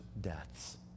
deaths